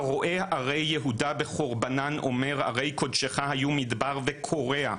הרואה ערי יהודה בחורבנן אומר 'ערי קודשך היו מדבר' וקורע".